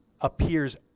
appears